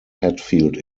hetfield